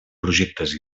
projectes